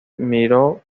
miró